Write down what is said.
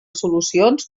solucions